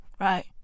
right